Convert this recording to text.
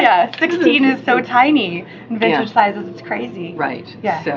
yeah sixteen is so tiny in vintage sizes, it's crazy. right. yes, so